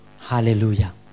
Hallelujah